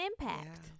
impact